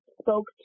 spoke